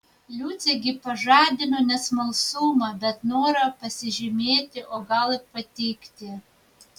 liucė gi pažadino ne smalsumą bet norą pasižymėti o gal ir patikti